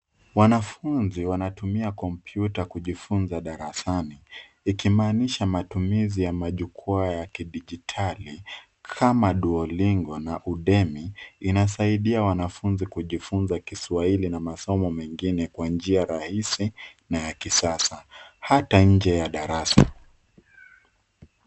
Wanafunzi wanatumia komputa kujifunza darasani ikimaanisha matumizi ya majukwaa ya kidijitali kama Duo lingo na Udemi yanasaidia wanafunzi kujifunza kiswahili na masomo mengine kwa njia rahisi na ya kisasa hata nje ya darasa.